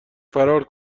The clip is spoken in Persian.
فرار